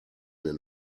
den